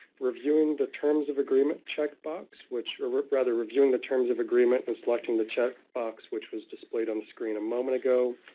reviewing the terms of agreement check box, which rather, reviewing the terms of agreement by selecting the check box, which was displayed on the screen a moment ago,